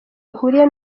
ihuriye